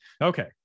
Okay